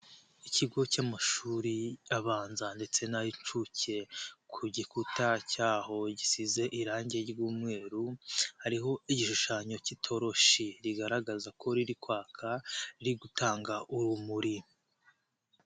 Ikigo cy'amashuri abanza ndetse n'ayincuke; ku gikuta cyaho gisize irangi ry'umweru, hariho igishushanyo cy'itoroshi rigaragaza ko riri kwaka riri gutanga urumuri.